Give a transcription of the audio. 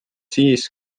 siis